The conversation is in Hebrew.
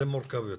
וזה מורכב יותר.